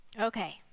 Okay